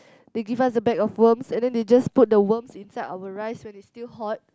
they give us a bag of worms and then they just put the worms inside our rice when is still hot